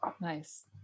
Nice